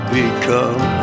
become